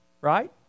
Right